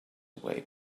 away